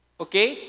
okay